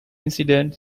incident